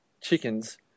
chickens